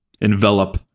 envelop